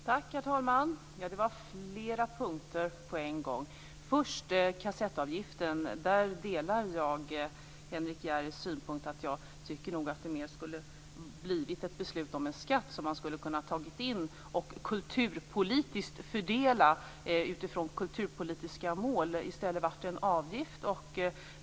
Herr talman! Det var flera punkter på en gång. När det först gäller kassettavgiften delar jag Henrik S Järrels synpunkt. Det borde ha blivit ett beslut om en skatt vars intäkter staten hade kunnat fördela utifrån kulturpolitiska mål. I stället blev det en avgift.